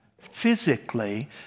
physically